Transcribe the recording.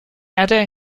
adair